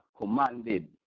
commanded